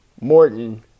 Morton